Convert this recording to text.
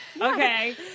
okay